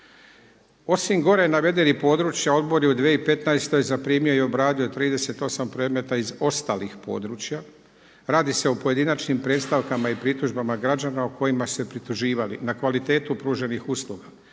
Osim gore navedenih područja odbor je u 2015. zaprimio i obradio 38 predmeta iz ostalih područja. Radi se o pojedinačnim predstavkama i pritužbama građana u kojima se prituživali na kvalitetu pruženih usluga